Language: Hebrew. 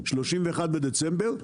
31 בדצמבר,